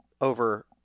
over